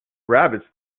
rabbits